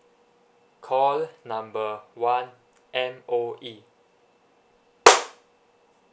call number one M_O_E